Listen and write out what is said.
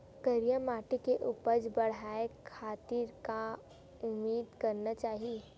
करिया माटी के उपज बढ़ाये खातिर का उदिम करना चाही?